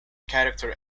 character